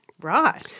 Right